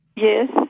Yes